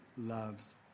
loves